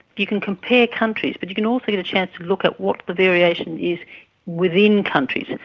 you can compare countries but you can also get a chance to look at what the variation is within countries.